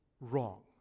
wrong